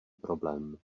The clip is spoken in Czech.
problém